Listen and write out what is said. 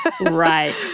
Right